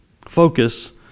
Focus